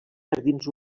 jardins